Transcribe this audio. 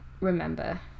remember